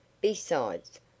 Besides